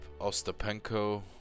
Ostapenko